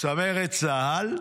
צמרת צה"ל,